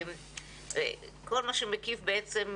כל מה שמקיף בעצם,